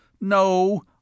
No